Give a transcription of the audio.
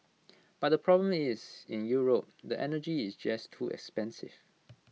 but the problem is in Europe the energy is just too expensive